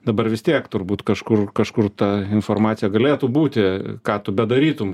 dabar vis tiek turbūt kažkur kažkur ta informacija galėtų būti ką tu bedarytum